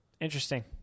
interesting